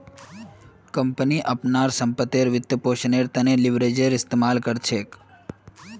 company अपनार संपत्तिर वित्तपोषनेर त न लीवरेजेर इस्तमाल कर छेक